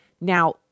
Now